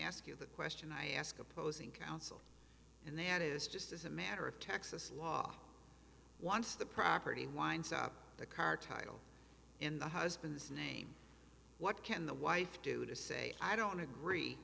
ask you the question i ask opposing counsel and that is just as a matter of texas law once the property winds up the car title in the husband's name what can the wife do to say i don't agree